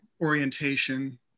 orientation